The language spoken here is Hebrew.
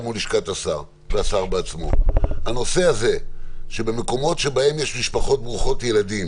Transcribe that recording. גם מול לשכת השר והשר בעצמו: במקומות שבהם יש משפחות ברוכות ילדים